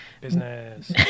business